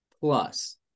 plus